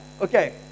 Okay